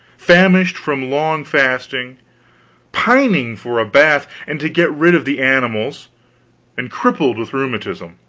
famished from long fasting pining for a bath, and to get rid of the animals and crippled with rheumatism.